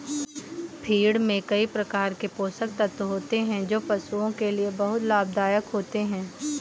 feed में कई प्रकार के पोषक तत्व होते हैं जो पशुओं के लिए बहुत लाभदायक होते हैं